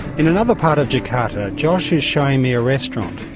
in another part of jakarta, josh is showing me a restaurant.